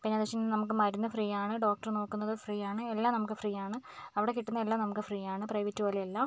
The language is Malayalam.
പിന്നെന്നു വെച്ചാൽ നമുക്ക് മരുന്ന് ഫ്രീയാണ് ഡോക്ടർ നോക്കുന്നത് ഫ്രീയാണ് എല്ലാം നമുക്ക് ഫ്രീയാണ് അവിടെ കിട്ടുന്നതെല്ലാം നമുക്ക് ഫ്രീയാണ് പ്രൈവറ്റ് പോലെയല്ല